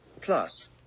Plus